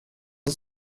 att